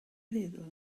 feddwl